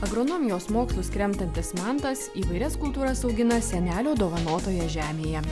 agronomijos mokslus kremtantis mantas įvairias kultūras augina senelio dovanotoje žemėje